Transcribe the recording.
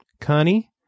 Connie